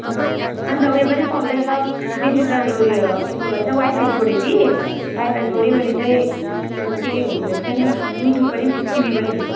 अनि त ऊ यो पनि पाउँदो रहेछ डिजिटल ऊ यो के पो भन्छ वाइफाई जोड्यो कि वाइफाई जोडिवरि चाहिँ त्यो के के हुँदो रहेछ नि हो युट्युब पनि टिभीबाटै हेर्ने